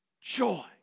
Joy